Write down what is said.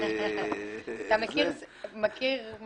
כסף, זה מהווה אתגר מאוד גדול באכיפה.